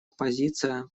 позиция